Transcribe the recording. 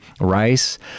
rice